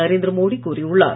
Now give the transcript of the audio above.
நரேந்திர மோடி கூறியுள்ளார்